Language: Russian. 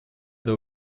для